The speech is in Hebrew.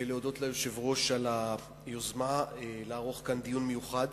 ולהודות ליושב-ראש על היוזמה לערוך כאן דיון מיוחד